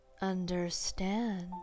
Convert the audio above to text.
understand